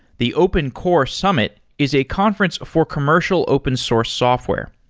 the open core summit is a conference before commercial open source software.